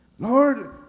Lord